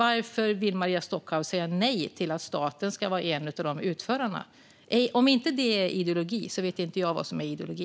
Varför vill Maria Stockhaus säga nej till att staten ska vara en av dem? Om inte det är ideologi, då vet inte jag vad som är ideologi.